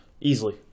Easily